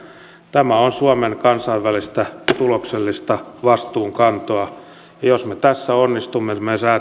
tämä on suomen kansainvälistä tuloksellista vastuunkantoa ja jos me tässä onnistumme me